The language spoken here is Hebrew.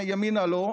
ימינה לא,